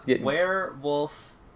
Werewolf